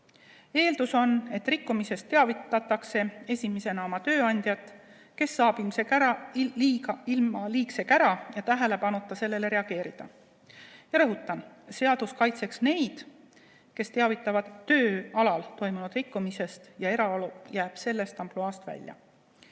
Eeldus on, et rikkumisest teavitatakse esimesena oma tööandjat, kes saab ilma liigse kära ja tähelepanuta sellele reageerida. Rõhutan, et seadus kaitseks neid, kes teavitavad töö alal toimunud rikkumisest, eraelu jääb sellest ampluaast välja.